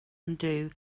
undo